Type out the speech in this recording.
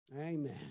Amen